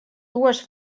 dues